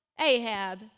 Ahab